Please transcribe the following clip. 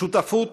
שותפות